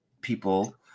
people